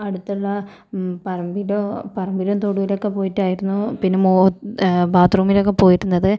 അടുത്തുള്ള പറമ്പിലോ പറമ്പിലും തൊടിയിലൊക്കെ പോയിട്ടായിരുന്നു പിന്നെ മോ ബാത്റൂമിൽ ഒക്കെ പോയിരുന്നത്